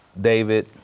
david